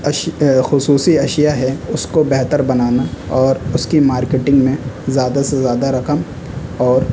اش خصوصی اشیاء ہے اس کو بہتر بنانا اور اس کی مارکیٹنگ میں زیادہ سے زیادہ رقم اور